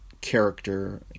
character